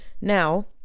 Now